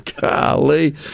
Golly